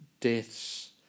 deaths